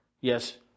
yes